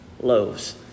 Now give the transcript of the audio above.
loaves